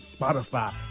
Spotify